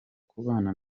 kubana